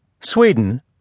Sweden